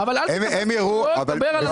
-- אבל אל --- דבר על הטיעונים.